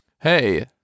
Hey